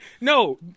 No